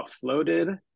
floated